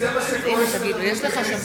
זה מה שקורה כשמדברים,